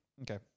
Okay